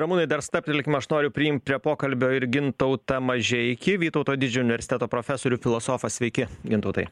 ramunai dar stabtelkim aš noriu priimt prie pokalbio ir gintautą mažeikį vytauto didžiojo universiteto profesorių filosofą sveiki gintautai